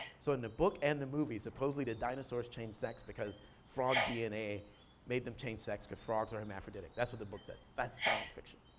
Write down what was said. so in the book and the movie, supposedly the dinosaurs change sex because frog dna made them change sex cause frogs are hermaphroditic. that's what the book says. that's science fiction.